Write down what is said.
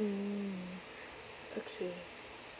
mm okay